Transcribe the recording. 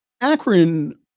Akron